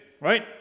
right